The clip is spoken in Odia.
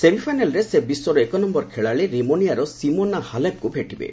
ସେମିଫାଇନାଲ୍ରେ ସେ ବିଶ୍ୱର ଏକ ନମ୍ଘର ଖେଳାଳି ରିମୋନିଆର ସିମୋନା ହାଲେପ୍ଙ୍କୁ ଭେଟିବେ